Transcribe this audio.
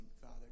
Father